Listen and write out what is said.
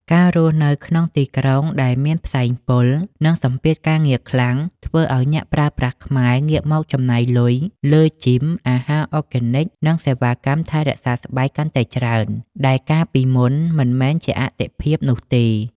ការរស់នៅក្នុងទីក្រុងដែលមានផ្សែងពុល និងសម្ពាធការងារខ្លាំង ធ្វើឱ្យអ្នកប្រើប្រាស់ខ្មែរងាកមកចំណាយលុយលើ Gym, អាហារ Organic និងសេវាកម្មថែរក្សាស្បែកកាន់តែច្រើន ដែលកាលពីមុន មិនមែនជាអាទិភាពនោះទេ។